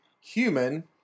human